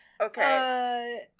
Okay